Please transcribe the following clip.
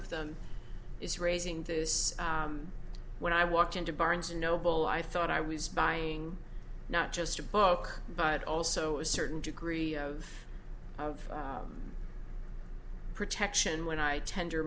of them is raising this when i walked into barnes and noble i thought i was buying not just a book but also a certain degree of protection when i tend